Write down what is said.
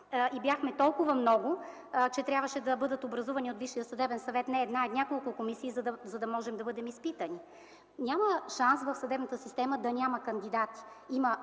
бяхме толкова много, че трябваше да бъдат образувани от Висшия съдебен съвет не една, а няколко комисии, за да можем да бъдем изпитани. Няма шанс в съдебната система да няма кандидати,